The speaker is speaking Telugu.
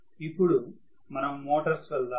ఇప్పుడు మనము మోటార్స్ వెళ్దాము